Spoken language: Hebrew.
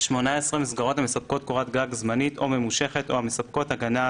(18)מסגרות המספקות קורת גג זמנית או ממושכת או המספקות הגנה,